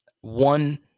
one